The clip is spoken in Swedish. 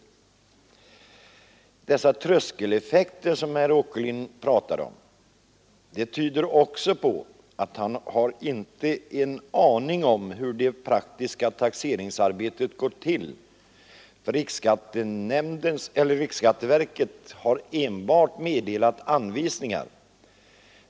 Herr Åkerlinds tal om tröskeleffekter tyder också på att han inte har en aning om hur det praktiska taxeringsarbetet går till. Riksskatteverket har enbart meddelat anvisningar.